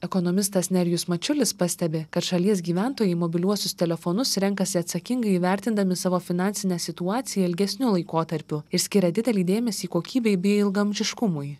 ekonomistas nerijus mačiulis pastebi kad šalies gyventojai mobiliuosius telefonus renkasi atsakingai įvertindami savo finansinę situaciją ilgesniu laikotarpiu ir skiria didelį dėmesį kokybei bei ilgaamžiškumui